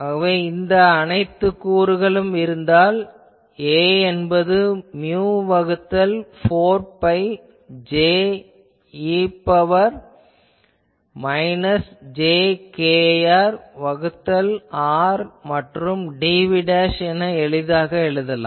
ஆகவே இந்த அனைத்து கூறுகளும் இருந்தால் A என்பது மியு வகுத்தல் 4 பை J e இன் பவர் மைனஸ் j kr வகுத்தல் r மற்றும் dv என நாம் எளிதாக எழுதலாம்